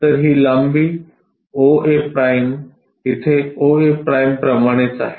तर ही लांबी oa' इथे oa' प्रमाणेच आहे